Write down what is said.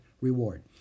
reward